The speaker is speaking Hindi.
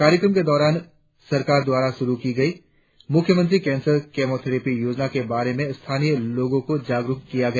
कार्यक्रम के दौरान सरकार द्वारा शुरु की गयी मुख्यमंत्री केसर केमो थेरापी योजना के बारे में स्थानीय लोगो को जागरुक किया गया